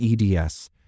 EDS